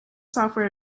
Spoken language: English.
software